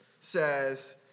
says